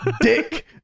Dick